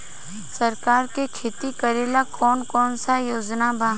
सरकार के खेती करेला कौन कौनसा योजना बा?